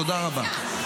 תודה רבה.